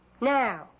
Now